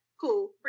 Cool